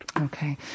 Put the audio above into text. Okay